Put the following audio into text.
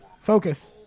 focus